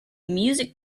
music